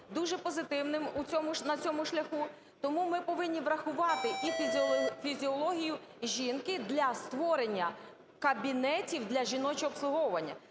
дуже позитивним на цьому шляху, то ми повинні врахувати фізіологію жінки для створення кабінетів для жіночого обслуговування.